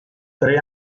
tre